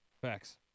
Facts